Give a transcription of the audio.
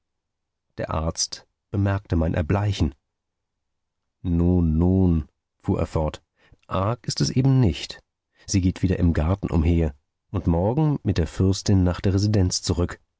der arzt bemerkte mein erbleichen nun nun fuhr er fort arg ist es eben nicht sie geht wieder im garten umher und kehrt morgen mit der fürstin nach der residenz zurück